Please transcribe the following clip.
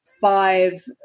five